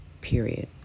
Period